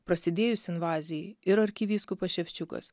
prasidėjus invazijai ir arkivyskupas ševčiukas